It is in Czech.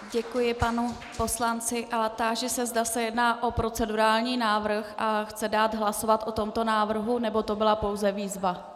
Děkuji panu poslanci a táži se, zda se jedná o procedurální návrh a chce dát hlasovat o tomto návrhu, nebo to byla pouze výzva.